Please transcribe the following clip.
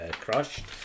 crushed